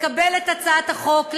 לקבל את הצעת החוק,